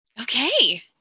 Okay